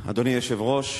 אדוני היושב-ראש,